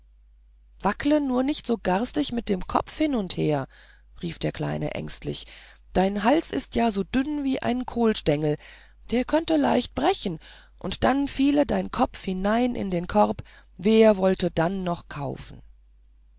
wackle nur nicht so garstig mit dem kopf hin und her rief der kleine ängstlich dein hals ist ja so dünne wie ein kohlstengel der könnte leicht abbrechen und dann fiele dein kopf hinein in den korb wer wollte dann noch kaufen